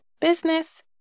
business